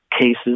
cases